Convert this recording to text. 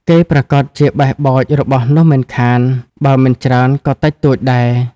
គេប្រាកដជាបេះបោចរបស់នោះមិនខាន បើមិនច្រើនក៏តិចតួចដែរ ។